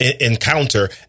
encounter